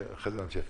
ואחרי זה נמשיך.